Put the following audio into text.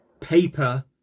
paper